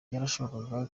byarashobokaga